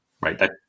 right